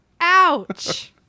Ouch